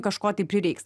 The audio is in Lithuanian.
kažko tai prireiks